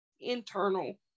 internal